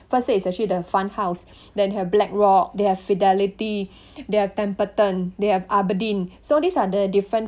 first state is actually the fund house then have blackrock they have fidelity they have templeton they have aberdeen so these are the different